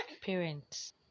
parents